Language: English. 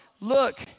Look